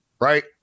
right